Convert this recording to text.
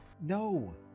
No